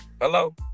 Hello